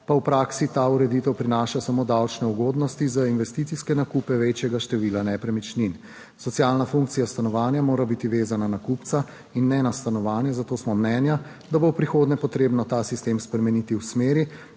pa v praksi ta ureditev prinaša samo davčne ugodnosti za investicijske nakupe večjega števila nepremičnin. Socialna funkcija stanovanja mora biti vezana na kupca in ne na stanovanje. Zato smo mnenja, da bo v prihodnje potrebno ta sistem spremeniti v smeri,